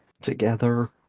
together